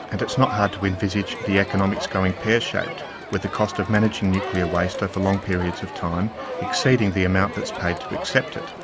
and it's not hard to envisage the economics going pear-shaped, with the cost of managing nuclear waste over long periods of time exceeding the amount that's paid to accept it.